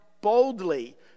boldly